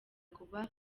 kuba